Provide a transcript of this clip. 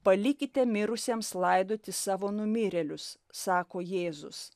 palikite mirusiems laidoti savo numirėlius sako jėzus